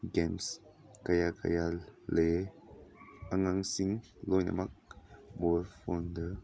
games ꯀꯌꯥ ꯀꯌꯥ ꯂꯩꯌꯦ ꯑꯉꯥꯡꯁꯤꯡ ꯂꯣꯏꯅꯃꯛ ꯃꯣꯕꯥꯏꯜ ꯐꯣꯟꯗ